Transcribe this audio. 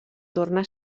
torna